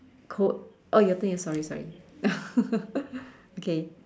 quote oh your turn sorry sorry okay